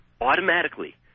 automatically